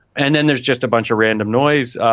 and then there's just a bunch of random noise,